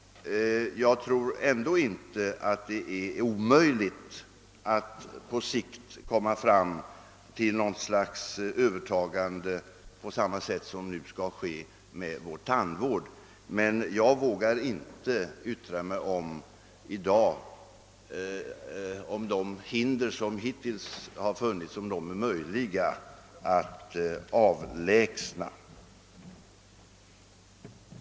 Jag tror inte att det är omöjligt att på sikt komma fram till något slags övertagande på samma sätt som nu skall ske med tandvården. Jag vågar emellertid inte i dag yttra mig om huruvida det är möjligt att avlägsna de hinder härvidlag som hittills förelegat.